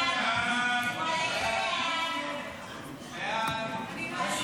סעיפים 1 2